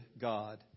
God